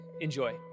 Enjoy